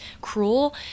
cruel